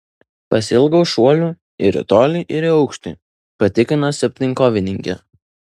pasiilgau šuolių ir į tolį ir į aukštį patikino septynkovininkė